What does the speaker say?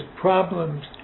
problems